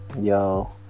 yo